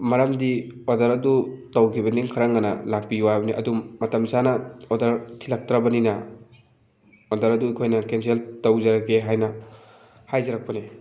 ꯃꯔꯝꯗꯤ ꯑꯣꯔꯗꯔ ꯑꯗꯨ ꯇꯧꯈꯤꯕꯅꯤ ꯈꯔ ꯉꯟꯅ ꯂꯥꯛꯄꯤꯌꯨ ꯍꯥꯏꯕꯅꯤ ꯑꯗꯨꯝ ꯃꯇꯝ ꯆꯥꯅ ꯑꯣꯔꯗꯔ ꯊꯤꯜꯂꯛꯇ꯭ꯔꯕꯅꯤꯅ ꯑꯣꯔꯗꯔ ꯑꯗꯨ ꯑꯩꯈꯣꯏꯅ ꯀꯦꯟꯁꯦꯜ ꯇꯧꯖꯔꯒꯦ ꯍꯥꯏꯅ ꯍꯥꯏꯖꯔꯛꯄꯅꯦ